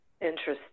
Interesting